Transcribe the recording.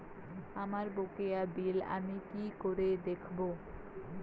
আমার বকেয়া বিল আমি কি করে দেখব?